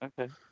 Okay